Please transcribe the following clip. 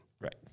Right